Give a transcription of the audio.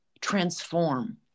transform